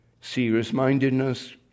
serious-mindedness